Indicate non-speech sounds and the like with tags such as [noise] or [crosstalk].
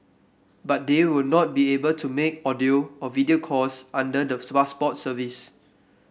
but they will not be able to make audio or video calls under the [unintelligible] Passport service